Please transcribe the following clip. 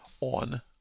on